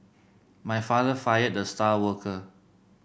my father fired the star worker